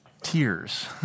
tears